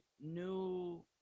new